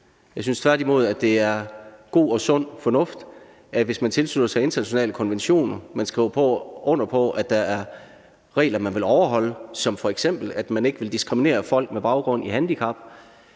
Jeg synes tværtimod, det er god og sund fornuft, hvis man tilslutter sig internationale konventioner og skriver under på, at der er regler, man vil overholde, som f.eks., at man ikke vil diskriminere folk med baggrund i handicap,